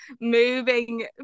moving